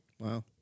Wow